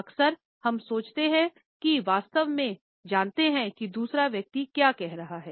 अक्सर हम सोचते हैं कि हम वास्तव में जानते हैं कि दूसरा व्यक्ति क्या कह रहा है